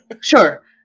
Sure